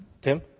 Tim